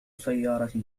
سيارة